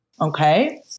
Okay